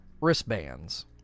wristbands